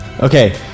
Okay